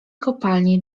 kopalnie